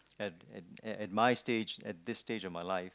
at at at at my stage at this stage of my life